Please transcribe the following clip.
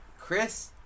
Chris